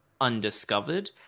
undiscovered